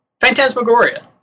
Phantasmagoria